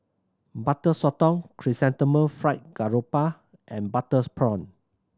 Butter Sotong Chrysanthemum Fried Garoupa and butter prawn